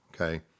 okay